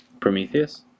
Prometheus